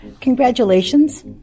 Congratulations